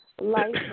life